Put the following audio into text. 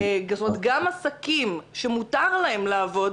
כלומר גם עסקים שמותר להם לעבוד,